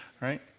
Right